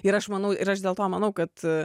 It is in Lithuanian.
ir aš manau ir aš dėl to manau kad